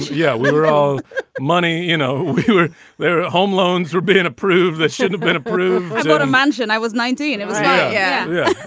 yeah we were all money, you know, we were there. home loans were being approved that should've been approved not to mention i was ninety and it was yeah yeah,